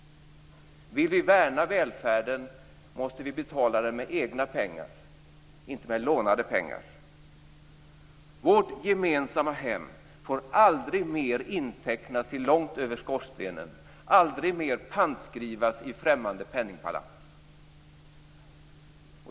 Vill vi värna välfärden måste vi betala den med egna pengar och inte med lånade pengar. Vårt gemensamma hem får aldrig mer intecknas till långt över skorstenen, aldrig mer pantskrivas i främmande penningpalats.